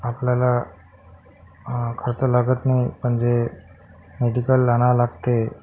आपल्याला खर्च लागत नाही म्हणजे मेडिकल आणावे लागले